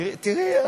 תראי.